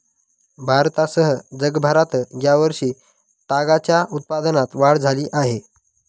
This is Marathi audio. भारतासह जगभरात या वर्षी तागाच्या उत्पादनात वाढ झाली आहे